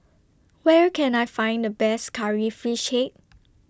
Where Can I Find The Best Curry Fish Head